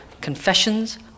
Confessions